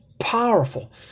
powerful